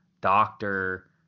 doctor